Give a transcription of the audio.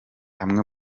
amwe